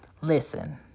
Listen